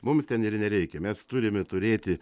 mums ten ir nereikia mes turime turėti